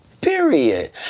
Period